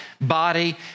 body